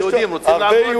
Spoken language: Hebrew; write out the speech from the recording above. היהודים רוצים לעבוד?